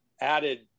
added